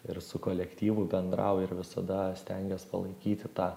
ir su kolektyvu bendrauji ir visada stengies palaikyti tą